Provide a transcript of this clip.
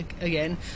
again